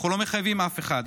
אנחנו לא מחייבים אף אחד,